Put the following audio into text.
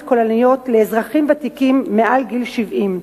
כוללניות לאזרחים ותיקים מעל גיל 70,